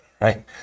right